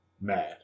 Mad